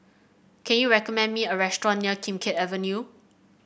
can you recommend me a restaurant near Kim Keat Avenue